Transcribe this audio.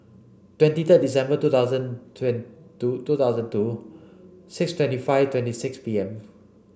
twenty third December two thousand two two thousand two six twenty five twenty six P M